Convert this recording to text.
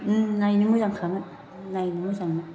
नायनो मोजांखामोन नायनो मोजांमोन